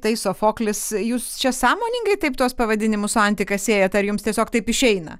tai sofoklis jūs čia sąmoningai taip tuos pavadinimus su antika siejat ar jums tiesiog taip išeina